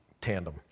tandem